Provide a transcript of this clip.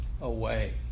away